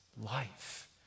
life